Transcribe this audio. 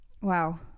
Wow